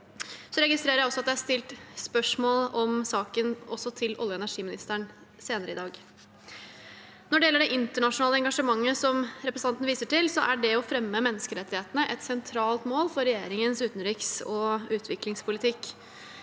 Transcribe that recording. Så registrerer jeg at det også er stilt spørsmål om saken til oljeog energiministeren senere i dag. Når det gjelder det internasjonale engasjementet som representanten viser til, er det å fremme menneskerettighetene et sentralt mål for regjeringens utenriks- og utviklingspolitikk.